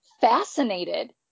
fascinated